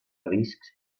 riscs